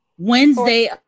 Wednesday